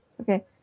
Okay